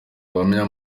ubuhamya